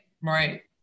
right